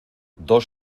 dos